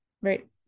right